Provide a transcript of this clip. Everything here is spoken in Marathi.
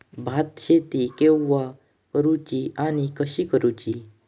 भात शेती केवा करूची आणि कशी करुची?